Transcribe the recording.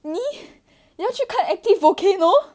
你你要去看 active volcano